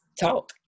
talk